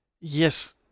yes